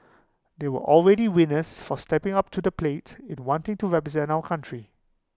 they are all already winners for stepping up to the plate in wanting to represent our country